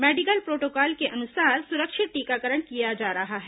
medical protocol के अनुसार सुरक्षित टीकाकरण किया जा रहा है